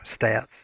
stats